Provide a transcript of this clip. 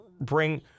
bring